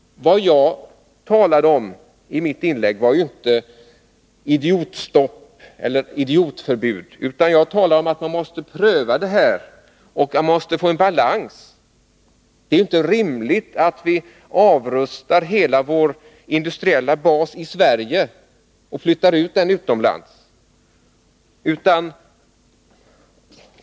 Vad jag talade om i mitt inlägg var inte idiotstopp eller idiotförbud, utan att man skulle ha prövningstillstånd och att man måste försöka få till stånd en balans. Det är inte rimligt att vi avrustar hela vår industriella bas i Sverige och flyttar den utomlands.